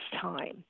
time